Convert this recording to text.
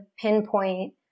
pinpoint